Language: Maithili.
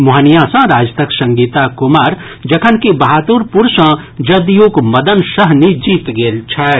मोहनिया सॅ राजदक संगीता कुमार जखनकि बहादुरपुर सॅ जदयूक मदन सहनी जीत गेल छथि